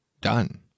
done